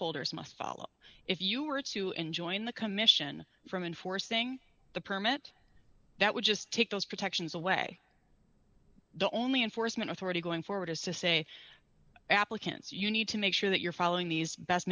holders must follow if you were to enjoin the commission from enforcing the permit that would just take those protections away the only enforcement authority going forward is to say applicants you need to make sure that you're following these best